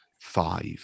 five